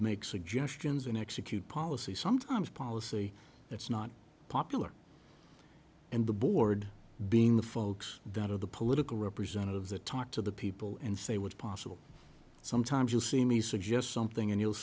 make suggestions and execute policy sometimes policy that's not popular and the board being the folks that are the political representative the talk to the people and say what's possible sometimes you'll see me suggest something and